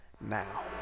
now